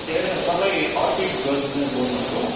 ए तपाईँ अतित गजमेर बोल्नुभएको हो